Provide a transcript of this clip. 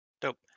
Dope